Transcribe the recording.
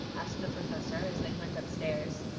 asked the professor as they went upstairs,